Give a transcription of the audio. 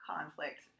conflict